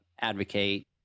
advocate